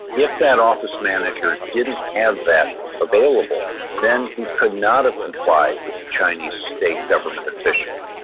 if that office manager didn't have that available then he could not have complied with the chinese state government officials.